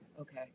Okay